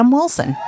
Wilson